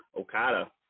Okada